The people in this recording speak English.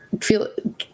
feel